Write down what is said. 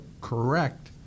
correct